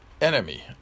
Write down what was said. enemy